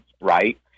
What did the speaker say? right